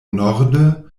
norde